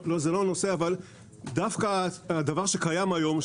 זה לא הנושא אבל דווקא הדבר שקיים היום,